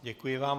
Děkuji vám.